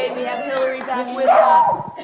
we have hilary back with us!